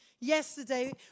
Yesterday